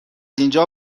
اینجا